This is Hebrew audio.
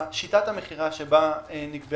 שיטת המכירה שנקבעה,